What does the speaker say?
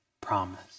promise